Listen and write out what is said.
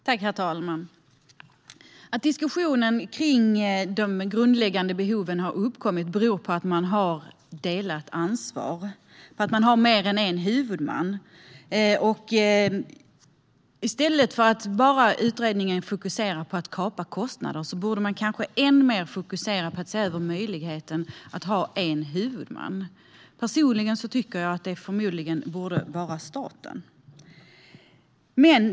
Herr talman! Att diskussionen om de grundläggande behoven har uppkommit beror på att det finns ett delat ansvar och mer än en huvudman. I stället för att utredningen bara fokuserar på att kapa kostnader borde den kanske än mer fokusera på att se över möjligheten att ha en enda huvudman. Personligen anser jag att det borde vara staten.